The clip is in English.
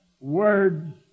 words